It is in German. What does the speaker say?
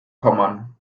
pommern